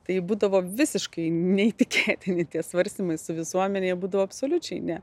tai būdavo visiškai neįtikėtini tie svarstymai su visuomene jie būdavo absoliučiai ne